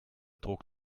druck